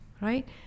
Right